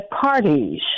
parties